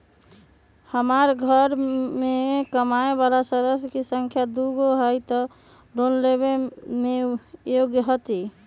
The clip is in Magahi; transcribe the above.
हमार घर मैं कमाए वाला सदस्य की संख्या दुगो हाई त हम लोन लेने में योग्य हती?